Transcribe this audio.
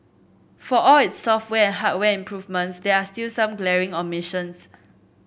for all its software hardware improvements there are still some glaring omissions